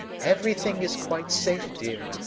everything is quite safe, dear.